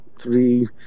Three